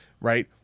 right